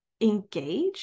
engage